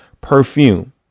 perfume